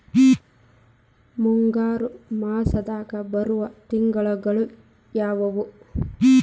ಮುಂಗಾರು ಮಾಸದಾಗ ಬರುವ ತಿಂಗಳುಗಳ ಯಾವವು?